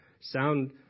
sound